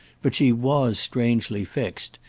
but she was strangely fixed,